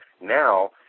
now